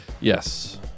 yes